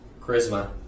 Charisma